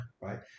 right